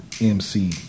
MC